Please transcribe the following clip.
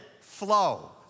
flow